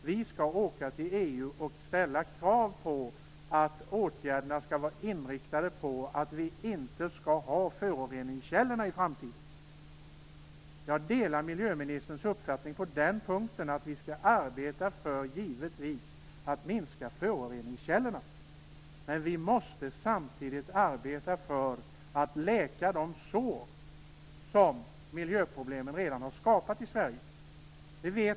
Vi skall åka till EU och ställa krav på att åtgärderna skall vara inriktade på att vi inte skall ha kvar föroreningskällorna i framtiden. Jag delar miljöministerns uppfattning på den punkten. Vi skall givetvis arbeta för att minska föroreningskällorna. Men vi måste samtidigt arbeta för att läka de sår som miljöproblemen redan har skapat i Sverige.